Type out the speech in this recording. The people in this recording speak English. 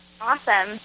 Awesome